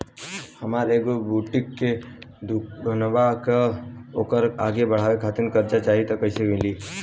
हमार एगो बुटीक के दुकानबा त ओकरा आगे बढ़वे खातिर कर्जा चाहि त कइसे मिली?